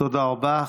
תודה רבה.